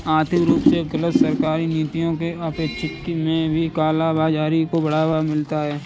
आर्थिक रूप से गलत सरकारी नीतियों के अनपेक्षित में भी काला बाजारी को बढ़ावा मिलता है